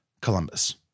Columbus